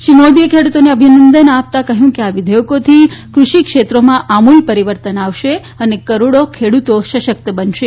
શ્રી મોદીએ ખેડુતોને અભિનંદન આપતા કહયું કે આ વિધેયકોથી કૃષિ ક્ષેત્રોમાં આમુલ પરીવર્તન આવશે અને કરોડો ખેડુતો સશકત બનશે